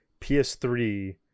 PS3